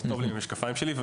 טוב לי עם המשקפיים שלי,